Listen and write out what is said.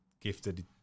gifted